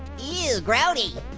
ew, grody.